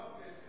לא הכנסת,